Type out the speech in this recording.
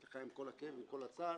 סליחה, עם כל הכאב ועם כל הצער,